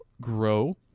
grow